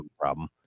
problem